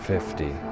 Fifty